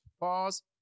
pause